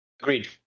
Agreed